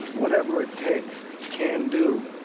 whatever it takes, can do,